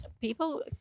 people